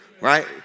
right